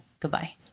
Goodbye